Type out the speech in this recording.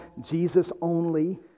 Jesus-only